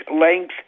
length